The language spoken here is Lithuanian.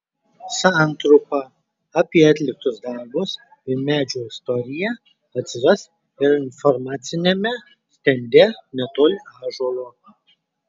santrumpa apie atliktus darbus ir medžio istoriją atsiras ir informaciniame stende netoli ąžuolo